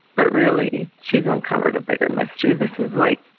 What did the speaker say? but really, she's uncovered a bigger mystery. this is, like,